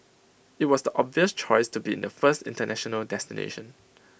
IT was the obvious choice to be the first International destination